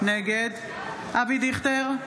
נגד אבי דיכטר,